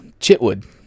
Chitwood